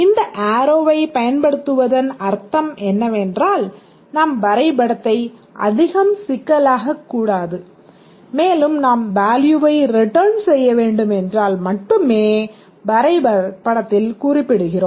இந்த ஆராவை பயன்படுத்துவதன் அர்த்தம் என்னவென்றால் நாம் வரைபடத்தை அதிகம் சிக்கலாக்கக் கூடாது மேலும் நாம் வேல்யூவை ரிட்டர்ன் செய்ய வேண்டும் என்றால் மட்டுமே வரைபடத்தில் குறிப்பிடுகிறோம்